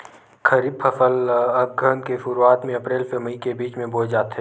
खरीफ फसल ला अघ्घन के शुरुआत में, अप्रेल से मई के बिच में बोए जाथे